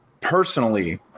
personally